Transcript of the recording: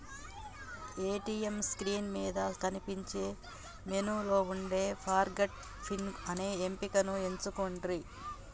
ATM screen మీద కనిపించే మెనూలో వుండే ఫర్గాట్ పిన్ అనే ఎంపికను ఎంచుకొండ్రి